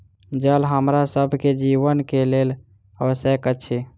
जल हमरा सभ के जीवन के लेल आवश्यक अछि